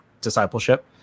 discipleship